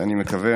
ואני מקווה,